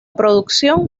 producción